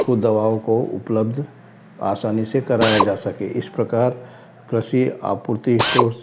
उसको दवाओं को उपलब्ध आसानी से कराया जा सके इस प्रकार कृषि आपूर्ति स्टोर्स